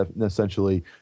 essentially